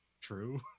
true